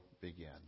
began